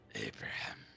Abraham